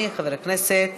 חבר הכנסת